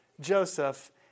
Joseph